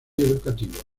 educativos